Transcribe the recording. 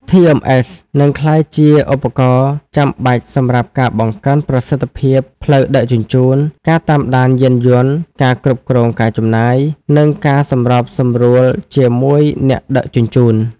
TMS នឹងក្លាយជាឧបករណ៍ចាំបាច់សម្រាប់ការបង្កើនប្រសិទ្ធភាពផ្លូវដឹកជញ្ជូន ការតាមដានយានយន្ត ការគ្រប់គ្រងការចំណាយ និងការសម្របសម្រួលជាមួយអ្នកដឹកជញ្ជូន។